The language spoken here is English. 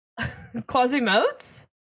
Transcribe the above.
Quasimodes